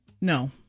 No